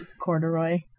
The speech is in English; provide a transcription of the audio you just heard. Corduroy